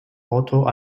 porto